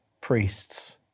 priests